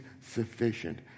sufficient